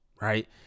right